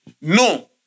No